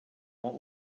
want